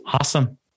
Awesome